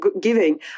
giving